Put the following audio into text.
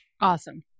Awesome